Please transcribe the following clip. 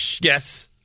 Yes